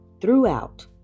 Throughout